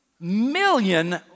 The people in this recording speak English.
million